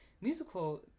musical